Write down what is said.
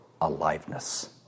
aliveness